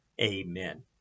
Amen